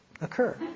occur